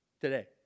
Today